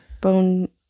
bone